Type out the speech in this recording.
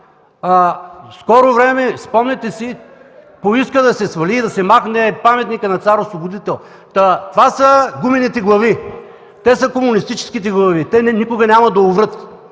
скоро време, спомняте си, поиска да се свали, да се махне паметникът на Цар Освободител. Та това са гумените глави. Те са комунистическите глави, те никога няма да уврат.